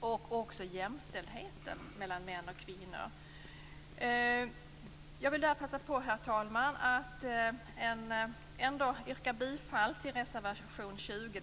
och jämställdheten mellan män och kvinnor. Jag vill, herr talman, passa på att yrka bifall till reservation 20.